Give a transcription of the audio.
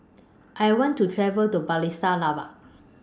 I want to travel to Bratislava